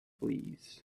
fleas